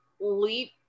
leap